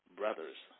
brothers